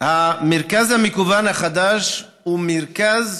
המרכז המקוון החדש הוא מרכז,